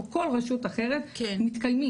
או כל רשות אחרת מתקיימים.